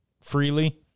freely